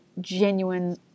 genuine